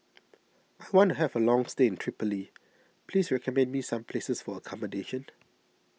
I want to have a long stay in Tripoli please recommend me some places for accommodation